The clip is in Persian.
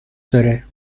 داره